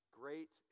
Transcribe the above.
great